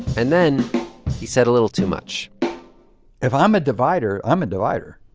and then he said a little too much if i'm a divider, i'm a divider.